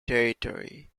territory